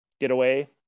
getaway